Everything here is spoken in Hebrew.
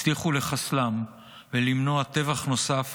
הצליחו לחסלם ולמנוע טבח נוסף